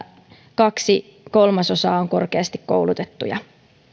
kaksi kolmasosaa on korkeasti koulutettuja